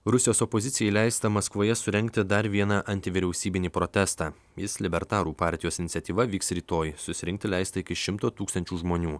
rusijos opozicijai leista maskvoje surengti dar vieną anti vyriausybinį protestą jis libertarų partijos iniciatyva vyks rytoj susirinkti leista iki šimto tūkstančių žmonių